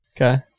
Okay